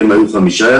כי הם היו 5 ימים,